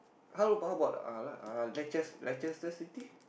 how about how about uh La~ uh La~ Lachester-City